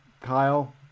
Kyle